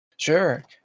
Sure